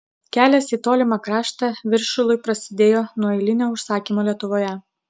kelias į tolimą kraštą viršilui prasidėjo nuo eilinio užsakymo lietuvoje